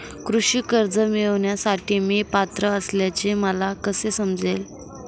कृषी कर्ज मिळविण्यासाठी मी पात्र असल्याचे मला कसे समजेल?